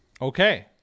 Okay